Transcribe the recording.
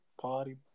Party